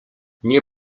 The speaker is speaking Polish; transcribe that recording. nie